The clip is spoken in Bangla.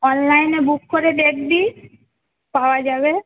অনলাইনে বুক করে দেখবি পাওয়া যাবে